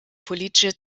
politische